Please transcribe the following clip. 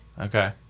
Okay